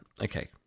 Okay